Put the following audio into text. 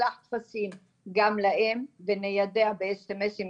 נשלח טפסים גם אליהם וניידע בהודעות את